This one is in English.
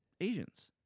Asians